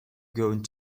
going